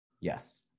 Yes